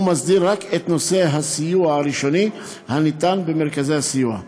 ומסדיר רק את נושא הסיוע הראשוני הניתן במרכזי הסיוע.